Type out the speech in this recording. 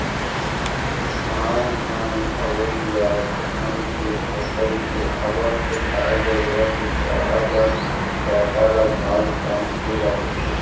किसान मन अवइ या धान के फसल के आवत ले गाय गरूवा के चारा बस पैरा ल गांज गांज के रखथें